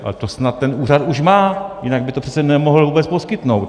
Ale to snad ten úřad už má, jinak by to přece nemohl vůbec poskytnout?